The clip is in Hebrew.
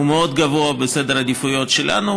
הוא מאוד גבוה בסדר העדיפויות שלנו,